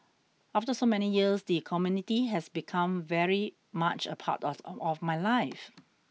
after so many years the community has become very much a part of my life